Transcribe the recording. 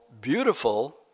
Beautiful